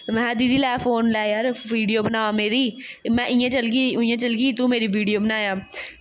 महैं लै दीदी फोन लै जार वीडियो बनाऽ मेरी में इ'यां चलगी उ'आं चलगी तूं मेरी वीडियो बनायां